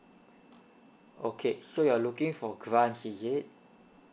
okay so you are looking for grants is it